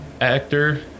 actor